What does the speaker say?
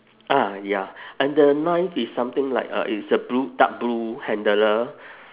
ah ya and the knife is something like uh it's a blue dark blue handler